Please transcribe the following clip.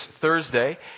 Thursday